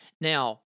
Now